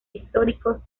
históricos